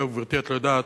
אגב, גברתי, את לא יודעת.